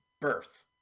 birth